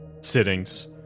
sittings